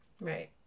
Right